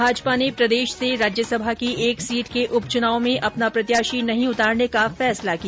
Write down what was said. भाजपा ने प्रदेश से राज्यसभा की एक सीट के उप चुनाव में अपना प्रत्याशी नहीं उतारने का फैसला किया